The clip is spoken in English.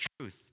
truth